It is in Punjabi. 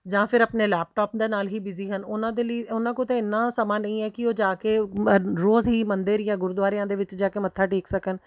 ਜਾਂ ਫਿਰ ਆਪਣੇ ਲੈਪਟੋਪ ਦੇ ਨਾਲ ਹੀ ਬੀਜ਼ੀ ਹਨ ਉਹਨਾਂ ਦੇ ਲਈ ਉਹਨਾਂ ਕੋਲ ਤਾਂ ਇੰਨਾ ਸਮਾਂ ਨਹੀਂ ਹੈ ਕਿ ਉਹ ਜਾ ਕੇ ਮ ਰੋਜ਼ ਹੀ ਮੰਦਿਰ ਜਾਂ ਗੁਰਦੁਆਰਿਆਂ ਦੇ ਵਿੱਚ ਜਾ ਕੇ ਮੱਥਾ ਟੇਕ ਸਕਣ